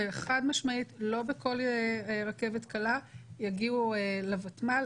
וחד משמעית לא בכל רכבת קלה יגיעו לוותמ"ל.